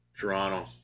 Toronto